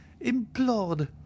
implored